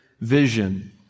vision